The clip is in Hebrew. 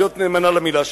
להיות נאמנה למלה שלה.